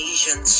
Asian